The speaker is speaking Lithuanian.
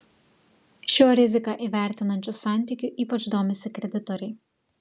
šiuo riziką įvertinančiu santykiu ypač domisi kreditoriai